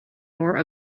more